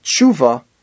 tshuva